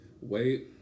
Wait